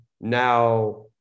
now